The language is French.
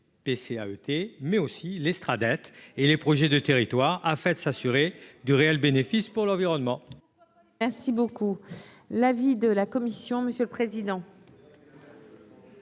PC a été mais aussi l'estrade tu et les projets de territoire a fait s'assurer du réel bénéfice pour l'environnement. Ainsi beaucoup l'avis de la commission, monsieur le président.